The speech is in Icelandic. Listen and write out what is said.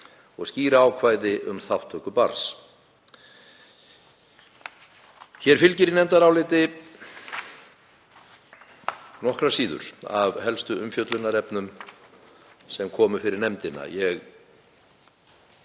og skýra ákvæði um þátttöku barns. Hér fylgja í nefndaráliti nokkrar síður af helstu umfjöllunarefnum sem komu fyrir nefndina. Ég